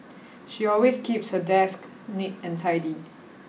she always keeps her desk neat and tidy